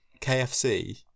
KFC